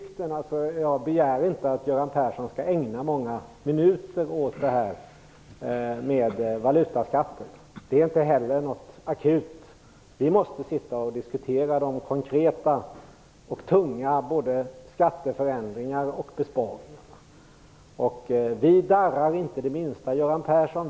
Jag begär inte att Göran Persson skall ägna många minuter åt detta med valutaskatter. Det är inte heller något akut. Vi måste diskutera konkreta och tunga åtgärder, både skatteförändringar och besparingar. Vi darrar inte det minsta, Göran Persson.